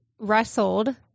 wrestled